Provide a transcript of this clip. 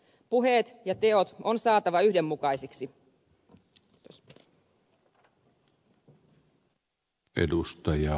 puheet ja teot on saatava yhdenmukaisiksi